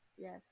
Yes